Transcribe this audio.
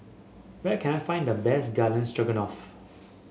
where can I find the best Garden Stroganoff